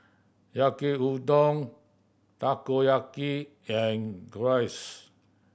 Yaki Udon Takoyaki and Gyros